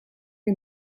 que